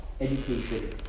education